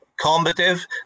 combative